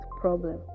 problem